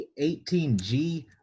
18G